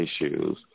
issues